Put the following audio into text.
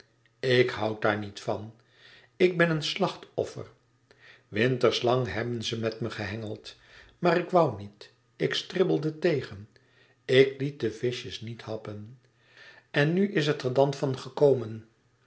ik hoû daar niet van ik ben een slachtoffer winters lang hebben ze met me gehengeld maar ik woû niet ik stribbelde tegen ik liet de vischjes niet happen en nu is het er dan van gekomen